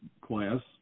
class